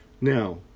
Now